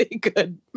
good